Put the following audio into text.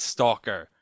Stalker